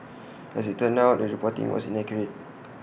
as IT turned out the reporting was inaccurate